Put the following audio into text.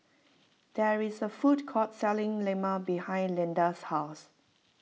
there is a food court selling Lemang behind Leda's house